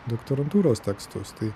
doktorantūros tekstus tai